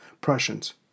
Prussians